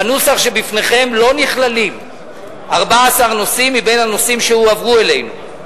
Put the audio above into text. בנוסח שבפניכם לא נכללים 14 נושאים מהנושאים שהועברו אלינו: